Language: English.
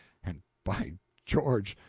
and, by george,